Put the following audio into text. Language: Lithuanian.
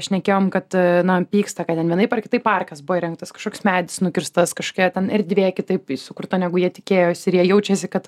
šnekėjom kad na pyksta kad ten vienaip ar kitaip parkas buvo įrengtas kažkoks medis nukirstas kažkokia ten erdvė kitaip sukurta negu jie tikėjosi ir jie jaučiasi kad